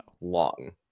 Long